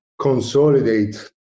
consolidate